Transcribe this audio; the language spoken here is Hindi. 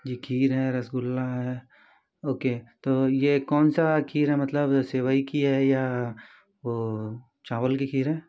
जी खीर है रसगुल्ला है ओके तो ये कौन सी खीर है मतलब सेवई की है या वो चावल की खीर है